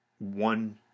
one